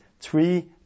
three